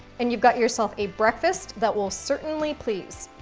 and you've got yourself a breakfast that will certainly please.